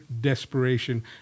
desperation